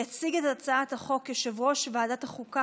יציג את הצעת החוק יושב-ראש ועדת החוקה,